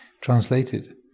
translated